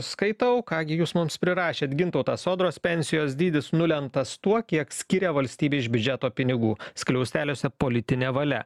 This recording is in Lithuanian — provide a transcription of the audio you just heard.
skaitau ką gi jūs mums prirašėt gintautas sodros pensijos dydis nulemtas tuo kiek skiria valstybė iš biudžeto pinigų skliausteliuose politinė valia